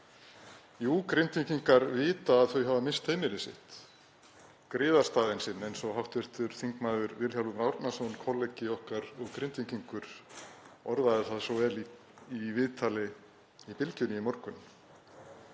Jú, Grindvíkingar vita að þau hafa misst heimili sitt, griðastaðinn sinn, eins og hv. þm. Vilhjálmur Árnason, kollegi okkar og Grindvíkingur, orðaði það svo vel í viðtali á Bylgjunni í morgun.